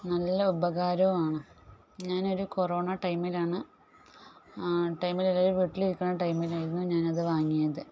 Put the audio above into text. നല്ല ഉപകാരം ആണ് ഞാൻ ഒരു കൊറോണ ടൈമിലാണ് ടൈമിലൊരു വീട്ടിൽ ഇരിക്കണ ടൈമിലായിരുന്നു ഞാനത് വാങ്ങിയത്